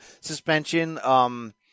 suspension